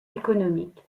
économique